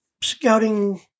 scouting